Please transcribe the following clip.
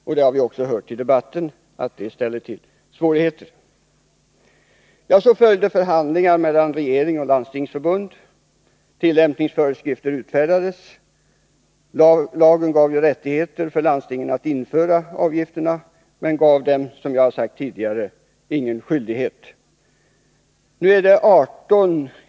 Vi har också hört i debatten att detta kan ställa till svårigheter. Därefter följde förhandlingar mellan regering och landstingsförbund och tillämpningsföreskrifter utfärdades. Lagen gav rättigheter för landstingen att införa avgifterna, men den gav dem, som jag sagt tidigare, inga skyldigheter.